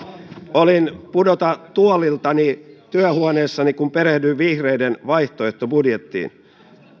olin pudota tuoliltani työhuoneessani kun perehdyin vihreiden vaihtoehtobudjettiin